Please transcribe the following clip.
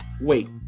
wait